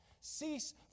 Cease